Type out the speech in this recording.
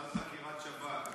הייתה חקירת שב"כ.